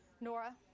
Nora